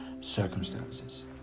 circumstances